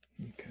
okay